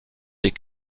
des